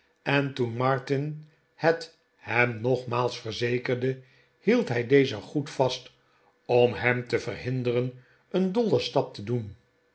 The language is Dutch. en toen martin het hem nogmaals verzekerde hield hij dezen goed vast om hem te verhinderen een dollen stap te doen